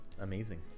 amazing